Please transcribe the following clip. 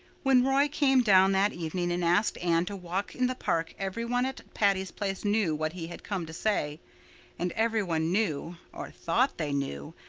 when roy came down that evening and asked anne to walk in the park every one at patty's place knew what he had come to say and every one knew, or thought they knew,